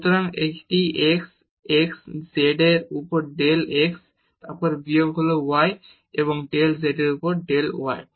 সুতরাং এটি x x z এর উপর ডেল x এবং তারপর বিয়োগ হল y এবং ডেল z এর উপর ডেল y